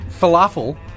falafel